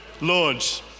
launch